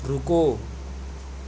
رکو